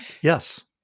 yes